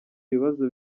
ibibazo